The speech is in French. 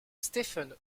stephen